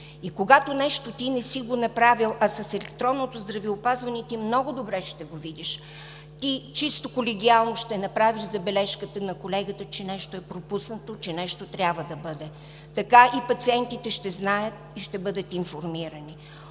и когато нещо не си направил, а с електронното здравеопазване ти много добре ще го видиш, ти чисто колегиално ще направиш забележката на колегата, че нещо е пропуснато, че нещо трябва да бъде. Така и пациентите ще знаят и ще бъдат информирани.